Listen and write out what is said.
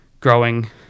growing